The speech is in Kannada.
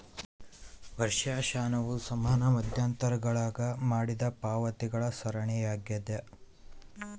ವರ್ಷಾಶನವು ಸಮಾನ ಮಧ್ಯಂತರಗುಳಾಗ ಮಾಡಿದ ಪಾವತಿಗಳ ಸರಣಿಯಾಗ್ಯದ